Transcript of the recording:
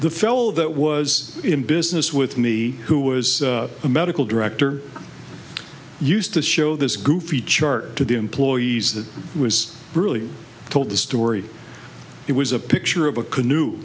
the fellow that was in business with me who was a medical director used to show this goofy chart to the employees that was really told the story it was a picture of a canoe